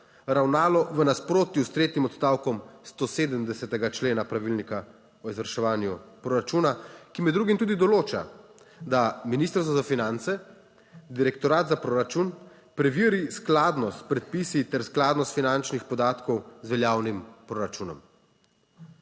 ravnalo v nasprotju s tretjim odstavkom 170. člena Pravilnika o izvrševanju proračuna, ki med drugim tudi določa, da ministrstvo za finance direktorat za proračun preveri skladnost s predpisi ter skladnost finančnih podatkov z veljavnim proračunom.